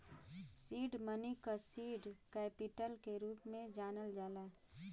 seed money क seed capital के रूप में जानल जाला